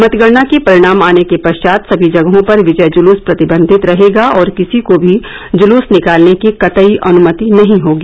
मतगणना के परिणाम आने के पश्चात सभी जगहों पर विजय जुलूस प्रतिबंधित रहेगा और किसी को भी जुलूस निकालने की कतई अनुमति नहीं होगी